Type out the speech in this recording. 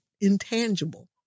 intangible